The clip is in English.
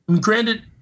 granted